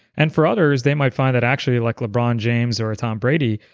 and for others, they might find that actually, like lebron james or a tom brady,